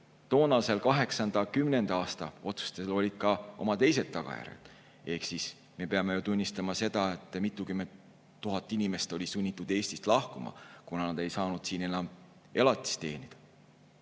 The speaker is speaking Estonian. toonastel 2008.–2010. aasta otsustel teised tagajärjed. Ehk siis me peame tunnistama seda, et mitukümmend tuhat inimest olid sunnitud Eestist lahkuma, kuna nad ei saanud siin enam elatist teenida.